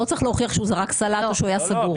לא צריך להוכיח שהוא זרק סלט או שהוא היה סגור?